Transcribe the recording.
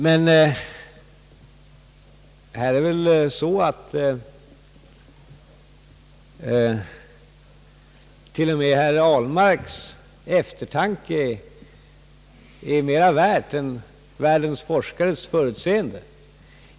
Men här är det väl så att herr Ahlmarks eftertanke är mera värd än världens forskares förutseende.